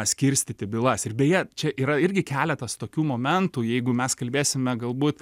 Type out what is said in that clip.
skirstyti bylas ir beje čia yra irgi keletas tokių momentų jeigu mes kalbėsime galbūt